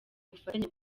bufatanye